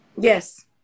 Yes